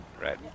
Right